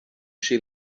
she